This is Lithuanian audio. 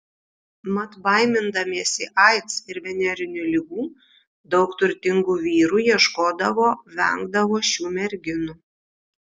mat baimindamiesi aids ir venerinių ligų daug turtingų vyrų ieškodavo vengdavo šių merginų